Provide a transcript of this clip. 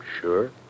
Sure